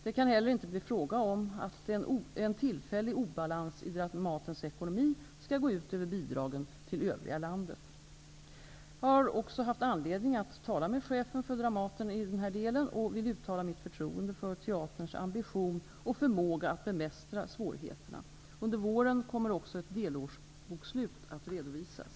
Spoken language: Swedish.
Det kan heller inte bli fråga om att en tillfällig obalans i Dramatens ekonomi skall gå ut över bidragen till övriga landet. Jag har också haft anledning att tala med chefen för Dramaten i den här delen och vill uttala mitt förtroende för teaterns ambition och förmåga att bemästra svårigheterna. Under våren kommer också ett delårsbokslut att redovisas.